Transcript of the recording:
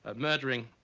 ah murdering.